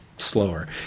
slower